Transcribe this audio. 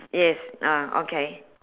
yes ah okay